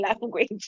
language